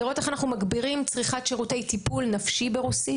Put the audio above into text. לראות איך מגבירים צריכת שירותי טיפול נפשי ברוסית